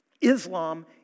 Islam